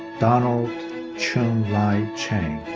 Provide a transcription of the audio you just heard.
donald chun lai chan.